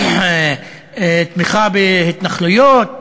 תמיכה בהתנחלויות,